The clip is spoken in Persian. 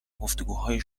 گفتگوهای